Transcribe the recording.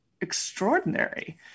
extraordinary